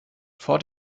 vor